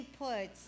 inputs